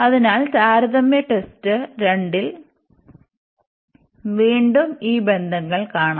അതിനാൽ താരതമ്യ ടെസ്റ്റ് 2ൽ വീണ്ടും ഈ ബന്ധങ്ങൾ കാണാം